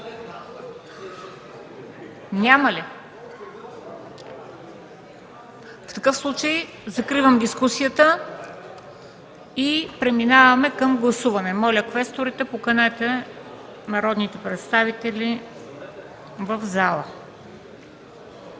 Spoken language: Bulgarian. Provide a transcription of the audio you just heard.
Няма. В такъв случай закривам дискусията и преминаваме към гласуване. Моля, квесторите, поканете народните представители в залата.